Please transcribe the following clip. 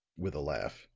with a laugh,